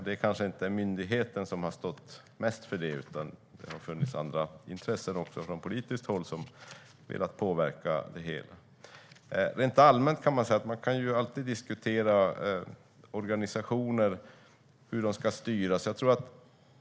Det kanske inte är myndigheten som har stått för merparten av det, utan det har kanske funnits intressen också från politiskt håll. Man kan alltid diskutera hur organisationer ska styras.